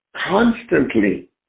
constantly